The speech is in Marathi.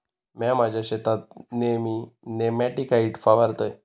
म्या माझ्या शेतात नेयमी नेमॅटिकाइड फवारतय